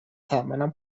تنبلم